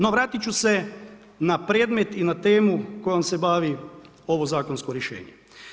No, vratiti ću se na predmet i na temu koje se bavi ovo zakonsko rješenje.